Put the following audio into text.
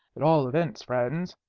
at all events, friends,